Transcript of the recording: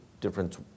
difference